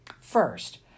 First